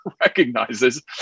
recognizes